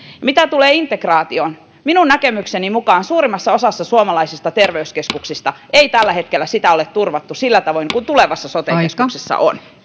mitä tulee integraatioon minun näkemykseni mukaan suurimmassa osassa suomalaisista terveyskeskuksista ei tällä hetkellä sitä ole turvattu sillä tavoin kuin tulevassa sote keskuksessa on